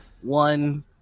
one